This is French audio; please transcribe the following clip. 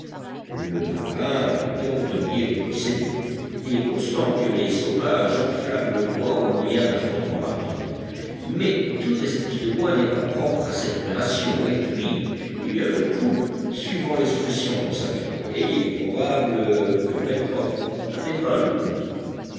le marin avait tort de nier le procédé il est constant que les sauvages enflamment le bois au moyen d'un frottement rapide mais toute espèce de bois n'est pas propre à cette opération et puis il y a le coup suivant l'expression consacrée et il est probable que pencroff n'avait pas le coup